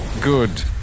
Good